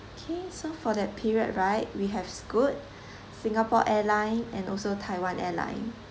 okay so for that period right we have scoot singapore airline and also taiwan airline